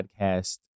podcast